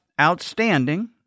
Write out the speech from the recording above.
outstanding